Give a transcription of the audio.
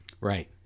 Right